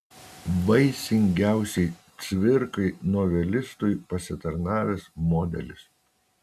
vaisingiausiai cvirkai novelistui pasitarnavęs modelis